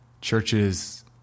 churches